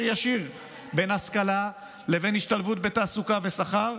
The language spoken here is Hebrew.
ישיר בין השכלה לבין השתלבות בתעסוקה ושכר.